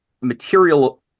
material